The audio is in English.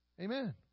amen